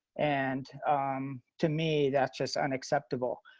and to me, that's just unacceptable.